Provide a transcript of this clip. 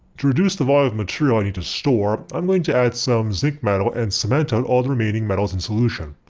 to reduce the volume of material i need to store. i'm going to add some zinc metal and cement out all the remaining metals in solution.